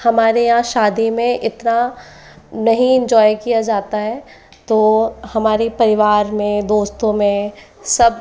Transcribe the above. हमारे यहाँ शादी में इतना नहीं एंजॉय किया जाता है तो हमारे परिवार में दोस्तों में सब